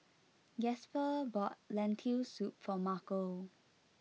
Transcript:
Gasper bought Lentil Soup for Markel